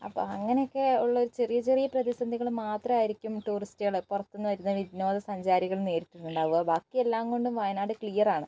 അപ്പോൾ അങ്ങനെയൊക്കെ ഉള്ളൊരു ചെറിയ ചെറിയ പ്രതിസന്ധികൾ മാത്രമായിരിക്കും ടൂറിസ്റ്റുകൾ പുറത്തുനിന്ന് വരുന്നവർ വിനോദ സഞ്ചാരികൾ നേരിട്ടിട്ടുണ്ടാവുക ബാക്കി എല്ലാംകൊണ്ടും വയനാട് ക്ലിയർ ആണ്